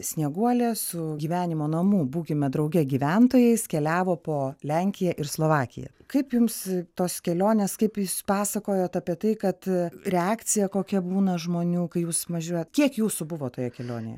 snieguolė su gyvenimo namų būkime drauge gyventojais keliavo po lenkiją ir slovakiją kaip jums tos kelionės kaip jūs pasakojot apie tai kad reakcija kokia būna žmonių kai jūs važiuojat kiek jūsų buvo toje kelionėje